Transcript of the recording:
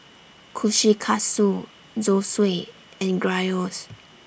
Kushikatsu Zosui and Gyros